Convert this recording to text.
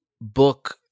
book